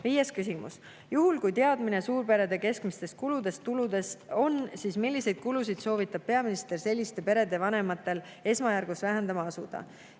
Viies küsimus: "Juhul kui teadmine suurperede keskmistest kuludest-tuludest on, siis milliseid kulusid soovitab Peaminister selliste perede vanematel esmajärgus vähendama asuda?"